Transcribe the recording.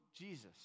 Jesus